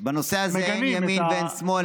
בנושא הזה אין ימין ואין שמאל,